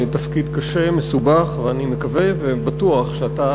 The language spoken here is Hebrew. תפקיד קשה, מסובך, ואני מקווה ובטוח שאתה